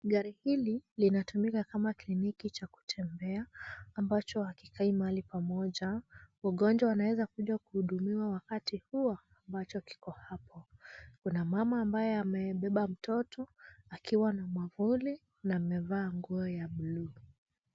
Gari hili linatumika kama kliniki cha kutembea ambacho hakikai mahali pamoja. Wagonjwa wanaweza kuja kuhudumiwa wakati huo ambacho kiko hapo. Kuna mama ambaye amebeba mtoto akiiwa na mwavuli na amevaa nguo ya buluu.